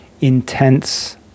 intense